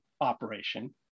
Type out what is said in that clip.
operation